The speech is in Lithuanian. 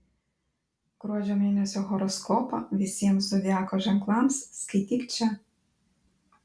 gruodžio mėnesio horoskopą visiems zodiako ženklams skaityk čia